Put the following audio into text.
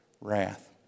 wrath